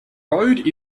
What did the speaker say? road